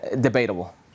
debatable